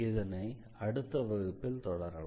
இதனை அடுத்த வகுப்பில் தொடரலாம்